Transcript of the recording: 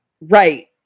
Right